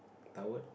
towel